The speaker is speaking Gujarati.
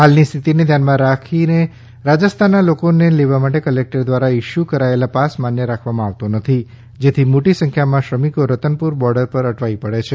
હાલની સ્થિતિને ધ્યાનમાં રાખતે રાજસ્થાનના લોકોને લેવા માટે કલેક્ટર દ્વારા ઇશ્યુ કરાયેલ પાસ માન્ય રાખવામાં આવતો નથી જેથી મોટી સંખ્યામાં શ્રમિકો રતનપુર બોર્ડર પર અટવાઈ પડે છે